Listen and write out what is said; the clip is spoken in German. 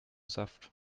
saft